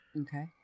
Okay